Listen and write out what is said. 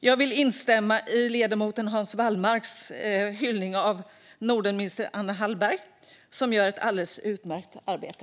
Jag vill instämma i ledamoten Hans Wallmarks hyllning av Nordenminister Anna Hallberg, som gör ett alldeles utmärkt arbete.